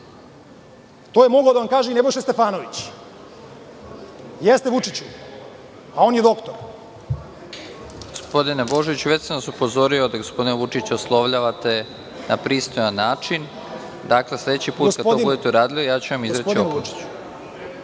To je mogao da vam kaže i Nebojša Stefanović. Jeste Vučiću, a on je doktor.(Predsednik: Gospodine Božoviću, već sam vas upozorio da gospodina Vučića oslovljavate na pristojan način. Sledeći put kada budete to uradili, ja ću vam izreći opomenu.)Gospodine Vučiću,